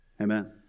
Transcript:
Amen